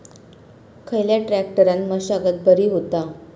खयल्या ट्रॅक्टरान मशागत बरी होता?